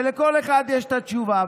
לכל אחד יש את התשובה.